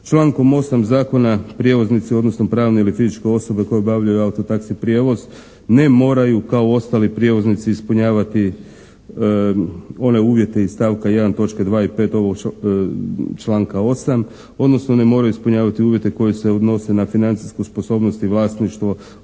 Člankom 8. Zakona prijevoznici, odnosno pravne ili fizičke osobe koje obavljaju auto-taksi prijevoz ne moraju kao ostali prijevoznici ispunjavati one uvjete iz stavka 1. točke 2. i 5. ovog članka 8., odnosno ne moraju ispunjavati uvjete koji se odnose na financijsku sposobnost i vlasništvo,